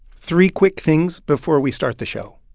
three quick things before we start the show.